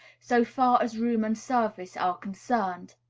so far as room and service are concerned.